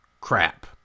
crap